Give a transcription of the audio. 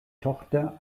tochter